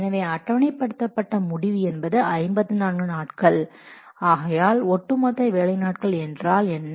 எனவே அட்டவணைப்படுத்தப்பட்ட முடிவு என்பது 54 நாட்கள் ஆகையால் ஒட்டுமொத்த வேலை நாட்கள் என்றால் என்ன